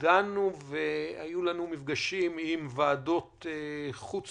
דנו והיו לנו מפגשים עם ועדות חוץ